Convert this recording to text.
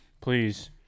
Please